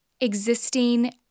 existing